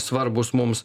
svarbūs mums